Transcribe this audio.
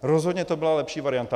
Rozhodně to byla lepší varianta.